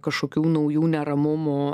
kažkokių naujų neramumų